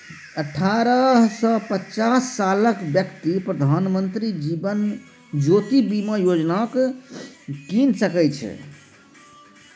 अठारह सँ पचास सालक बेकती प्रधानमंत्री जीबन ज्योती बीमा योजना कीन सकै छै